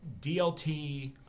dlt